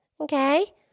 Okay